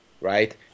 right